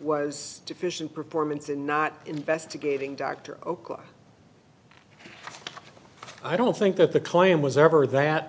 was sufficient performance in not investigating dr okola i don't think that the claim was ever that